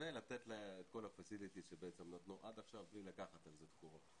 ולתת את כל הפסיליטיז שנתנו עד עכשיו בלי לקחת על זה תקורות.